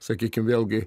sakykim vėlgi